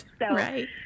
Right